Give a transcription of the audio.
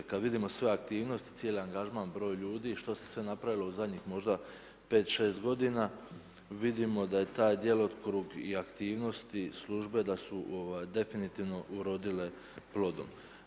Kad vidimo sve aktivnosti, cijeli angažman, broj ljudi i što se sve napravilo u zadnjih možda 5, 6 godina, vidimo da je taj djelokrug i aktivnosti službe, da su definitivno urodile plodom.